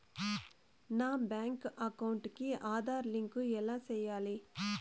నా bank account కి Aadhaar link ఎలా సేయాలి